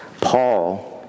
Paul